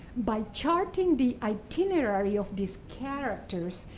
by charting the itinerary of these characters,